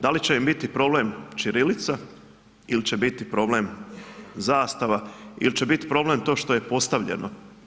Da li će im biti problem ćirilica il će biti problem zastava il će bit problem to što je postavljeno?